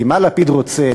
כי מה לפיד רוצה?